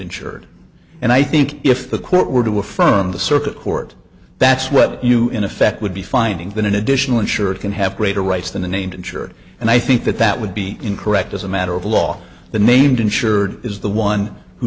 insured and i think if the court were to affirm the circuit court that's what you in effect would be finding that an additional insurer can have greater rights than the named insured and i think that that would be incorrect as a matter of law the named insured is the one who